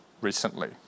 recently